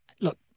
Look